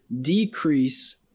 decrease